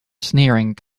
sneering